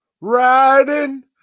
riding